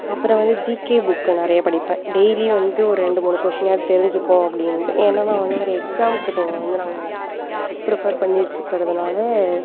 அப்புறம் வந்து ஜிகே புக்கை நிறைய படிப்பேன் டெய்லி வந்து ஒரு ரெண்டு மூணு கொஷினாவது தெரிஞ்சுப்போம் அப்படின்னுட்டு ஏன்னா நான் வந்து ஒரு எக்ஸாமுக்கு இப்போ வந்து நாங்கள் பிரிப்பேர் பண்ணிவிட்டு இருக்கிறதுனால